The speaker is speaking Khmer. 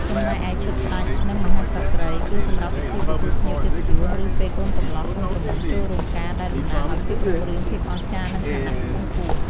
ចំណែកឯ ឈុតស្ដេច និងមហាក្សត្រីយ៍ គឺសម្រាប់ពិធីទទួលភ្ញៀវកិត្តិយស ឬពេលកូនកម្លោះកូនក្រមុំចូលរោងការ ដែលតំណាងឱ្យភាពរុងរឿង ភាពអស្ចារ្យ និងឋានៈខ្ពង់ខ្ពស់។